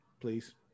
Please